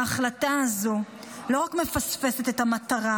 ההחלטה הזו לא רק מפספסת את המטרה